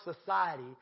society